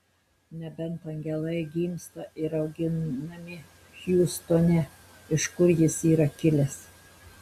nebent angelai gimsta ir auginami hjustone iš kur jis yra kilęs